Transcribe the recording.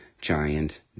giant